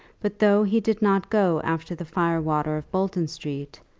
but though he did not go after the fire-water of bolton street,